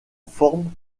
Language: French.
forme